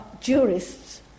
jurists